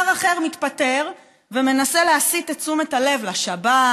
שר אחר מתפטר ומנסה להסיט את תשומת הלב לשבת,